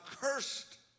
cursed